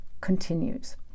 continues